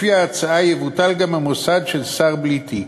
לפי ההצעה יבוטל גם המוסד של שר בלי תיק.